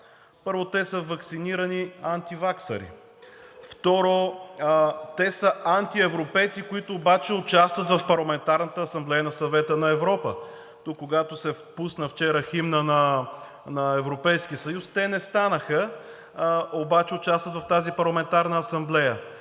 Първо, те са ваксинирани антиваксъри. Второ, те са антиевропейци, които обаче участват в Парламентарната асамблея на Съвета на Европа, а когато вчера се пусна химнът на Европейския съюз, те не станаха, но участват в тази парламентарна асамблея.